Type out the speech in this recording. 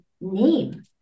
name